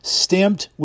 stamped